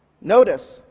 Notice